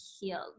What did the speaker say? healed